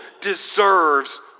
deserves